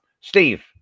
Steve